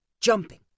jumping